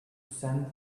send